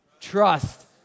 Trust